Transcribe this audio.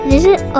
Visit